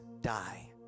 die